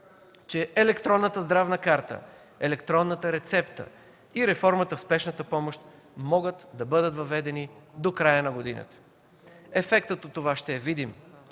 че електронната здравна карта, електронната рецепта и реформата в Спешната помощ могат да бъдат въведени до края на годината. Ефектът от това ще видим,